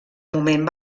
moment